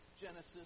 Genesis